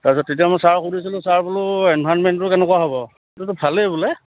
তাৰপিছত তেতিয়া মই ছাৰক সুধছিলোঁ ছাৰ বোলো এনভাইৰণমেণ্টো কেনেকুৱা হ'ব এইটো ভালেই বোলে